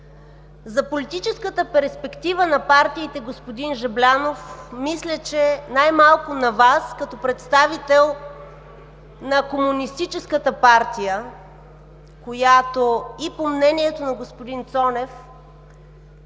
За политическата перспектива на партиите, господин Жаблянов, мисля, че най-малко на Вас, като представител на комунистическата партия, която и по мнението на господин Цонев